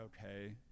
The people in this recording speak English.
okay